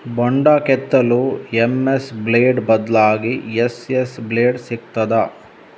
ಬೊಂಡ ಕೆತ್ತಲು MS blade ಬದ್ಲಾಗಿ ಎಸ್.ಎಸ್ ಬ್ಲೇಡ್ ಸಿಕ್ತಾದ?